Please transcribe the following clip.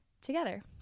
together